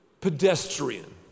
pedestrian